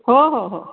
हो हो हो